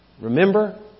remember